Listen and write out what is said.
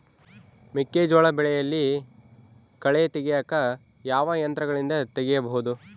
ಮೆಕ್ಕೆಜೋಳ ಬೆಳೆಯಲ್ಲಿ ಕಳೆ ತೆಗಿಯಾಕ ಯಾವ ಯಂತ್ರಗಳಿಂದ ತೆಗಿಬಹುದು?